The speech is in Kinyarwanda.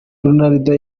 ronaldo